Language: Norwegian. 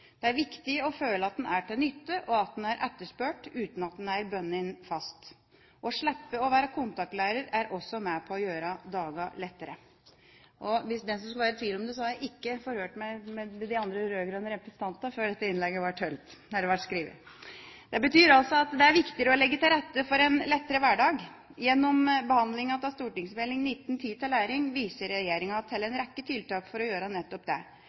Det er viktig å føle at en er til nytte, og at en er etterspurt, uten at en er bundet fast. Å slippe å være kontaktlærer er også med på å gjøre dagene lettere. Hvis noen skulle være i tvil om det, har jeg ikke forhørt meg med de andre rød-grønne representantene før dette innlegget ble skrevet. Det betyr altså at det er viktigere å legge til rette for en lettere hverdag. Gjennom behandlingen av Meld. 19 S for 2009–2010, Tid til læring, viser regjeringa til en rekke tiltak for å gjøre nettopp det.